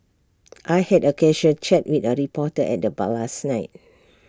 I had A casual chat with A reporter at the bar last night